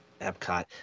Epcot